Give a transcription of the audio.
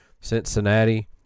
Cincinnati